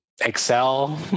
Excel